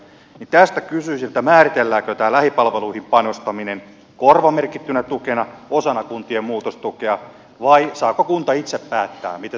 tästä kysyisin määritelläänkö tämä lähipalveluihin panostaminen korvamerkittynä tukena osana kuntien muutostukea vai saako kunta itse päättää miten se nämä rahat käyttää